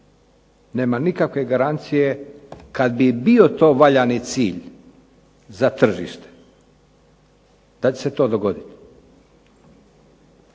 Nema nikakve garancije kad bi to bio valjani cilj za tržište da li će se to dogoditi,